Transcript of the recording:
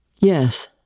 Yes